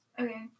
Okay